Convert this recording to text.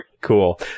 Cool